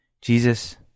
Jesus